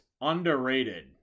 underrated